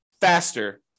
faster